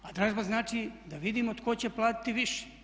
A dražba znači da vidimo tko će platiti više.